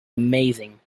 amazing